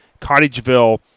Cottageville